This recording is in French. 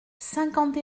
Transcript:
cinquante